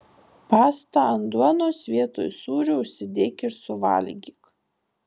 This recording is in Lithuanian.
pastą ant duonos vietoj sūrio užsidėk ir suvalgyk